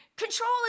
Control